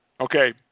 Okay